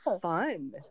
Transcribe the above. fun